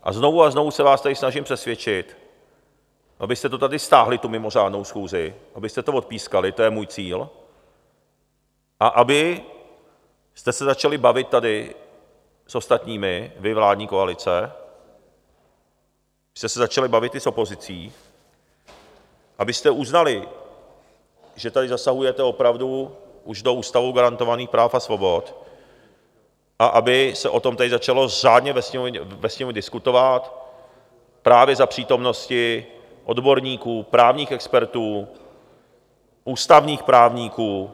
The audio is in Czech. A znovu a znovu se vás tady snažím přesvědčit, abyste tady stáhli tu mimořádnou schůzi, abyste to odpískali, to je můj cíl, a abyste se tady začali bavit s ostatními, vy, vládní koalice, abyste se začali bavit i s opozicí, abyste uznali, že tady zasahujete opravdu už do ústavou garantovaných práv a svobod, a aby se o tom tady začalo řádně ve Sněmovně diskutovat právě za přítomnosti odborníků, právních expertů, ústavních právníků.